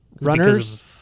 Runners